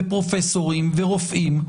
ופרופסורים ורופאים,